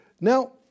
Now